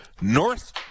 North